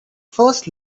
first